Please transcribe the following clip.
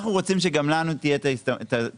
אנחנו רוצים שגם לנו תהיה את האפשרות,